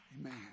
Amen